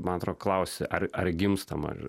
man atrodo klausi ar ar gimstama ar